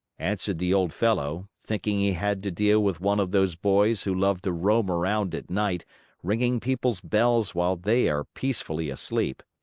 answered the old fellow, thinking he had to deal with one of those boys who love to roam around at night ringing people's bells while they are peacefully asleep.